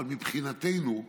אבל מבחינתנו,